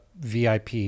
VIP